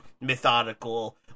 methodical